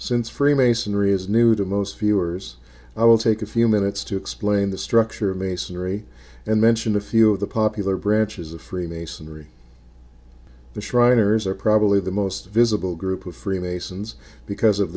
since freemasonry is new to most viewers i will take a few minutes to explain the structure of masonry and mention a few of the popular branches of freemasonry the shriners are probably the most visible group of freemasons because of